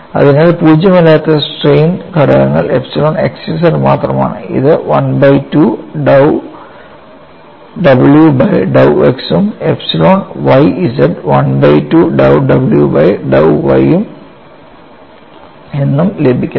അതിനാൽ പൂജ്യമല്ലാത്ത സ്ട്രെയിൻ ഘടകങ്ങൾ എപ്സിലോൺ xz മാത്രമാണ് അത് 1ബൈ 2 dou w by dou x ഉം epsilon yz 1 by 2 dou w by ഉം dou y എന്നും ലഭിക്കുന്നു